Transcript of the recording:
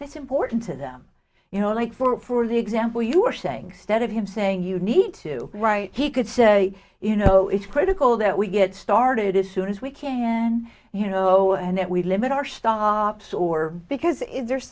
this important to them you know like for example you were saying stead of him saying you need to write he could say you know it's critical that we get started as soon as we can you know and that we limit our stops or because if there's